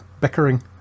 bickering